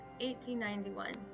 1891